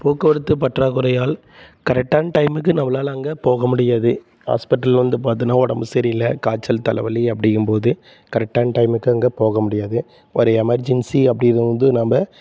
போக்குவரத்து பற்றாக்குறையால் கரெக்டான டைமுக்கு நம்மளால் அங்கே போக முடியாது ஹாஸ்பிட்டல் வந்து பார்த்தீனா உடம்பு சரியில்லை காய்ச்சல் தலைவலி அப்படிங்கம்போது கரெக்டான டைமுக்கு அங்கே போக முடியாது இப்போ ஒரு எமர்ஜென்சி அப்படின்னு வந்து நம்ம